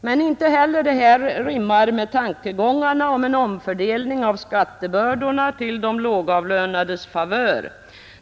Men inte heller detta rimmar med tankegångarna om en omfördelning av skattebördorna till de lågavlönades favör.